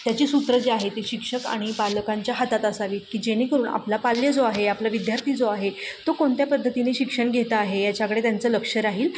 त्याची सूत्र जे आहे ते शिक्षक आणि पालकांच्या हातात असावीत की जेणेकरून आपला पाल्य जो आहे आपला विद्यार्थी जो आहे तो कोणत्या पद्धतीने शिक्षण घेता आहे याच्याकडे त्यांचं लक्ष राहील